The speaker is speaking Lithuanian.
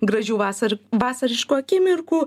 gražių vasar vasariškų akimirkų